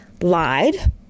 lied